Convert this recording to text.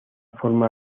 forma